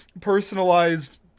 personalized